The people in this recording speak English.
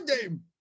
game